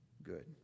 good